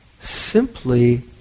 simply